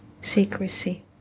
secrecy